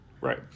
Right